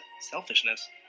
selfishness